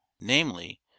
namely